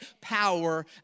power